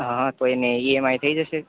હ તો એને ઈએમઆઈ થઈ જશે